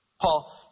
Paul